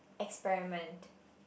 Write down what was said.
experiment